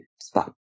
spot